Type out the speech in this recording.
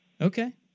Okay